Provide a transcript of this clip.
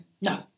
No